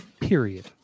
Period